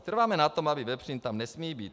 Trváme na tom, že vepřín tam nesmí být.